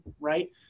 right